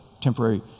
temporary